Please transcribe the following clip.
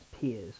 peers